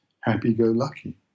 happy-go-lucky